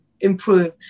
improve